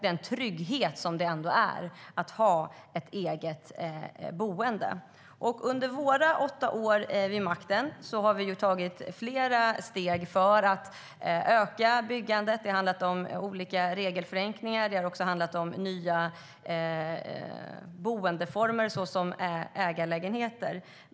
Dessutom innebär ett eget boende trygghet. Under våra åtta år vid makten tog vi flera steg för att öka byggandet. Det handlade om regelförenklingar och om nya boendeformer, såsom ägarlägenheter.